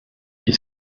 est